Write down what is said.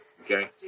Okay